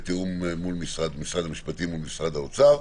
בתיאום מול משרד המשפטים ומשרד האוצר,